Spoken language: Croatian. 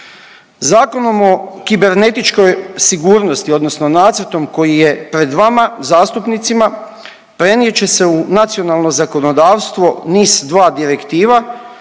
Zakonom o kibernetičkoj sigurnosti odnosno nacrtom koji je pred vama zastupnicima, prenijet će se u nacionalno zakonodavstvo NIS-2 direktiva